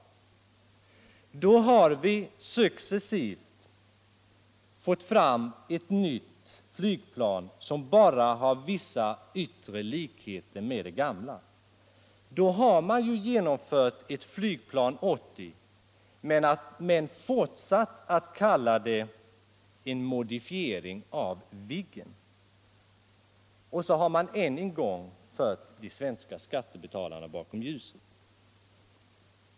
Då har vi successivt fått fram ett nytt flygplan som bara har vissa yttre likheter med det gamla. Därmed har man ju genomfört ett flygplan 80 men fortsatt att kalla det en modifiering av Viggen. Och så har man än en gång fört de svenska skattebetalarna bakom ljuset.